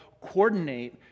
coordinate